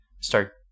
start